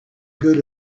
good